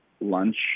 lunch